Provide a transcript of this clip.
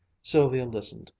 sylvia listened,